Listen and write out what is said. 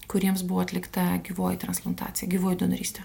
kuriems buvo atlikta gyvoji transplantacija gyvoji donorystė